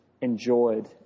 enjoyed